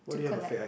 to collect